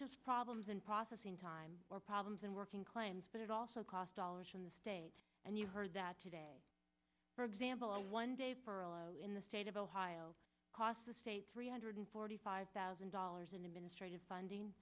just problems and processing time or problems and working claims but it also cost dollars from the state and you heard that today for example a one day for oil in the state of ohio cost the state three hundred forty five thousand dollars in the ministry of funding